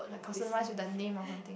customised with the name or something